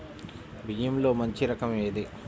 బియ్యంలో మంచి రకం ఏది?